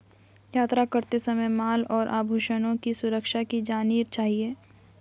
यात्रा करते समय माल और आभूषणों की सुरक्षा की जानी चाहिए